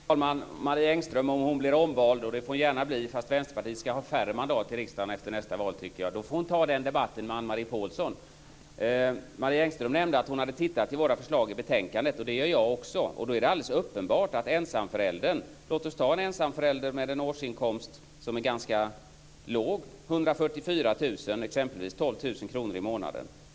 Fru talman! Om Marie Engström blir omvald - och det får hon gärna bli, fastän jag tycker Vänsterpartiet ska ha färre mandat till riksdagen under nästa valperiod - får hon ta den debatten med Anne-Marie Marie Engström nämnde att hon hade tittat i våra förslag i betänkandet. Det gör jag också. Låt oss ta en ensamförälder med en årsinkomst som är ganska låg, exempelvis 144 000 kr, dvs. 12 000 kr i månader.